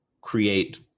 create